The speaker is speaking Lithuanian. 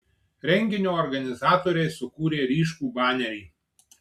renginio organizatoriai sukūrė ryškų banerį